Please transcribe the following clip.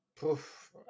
poof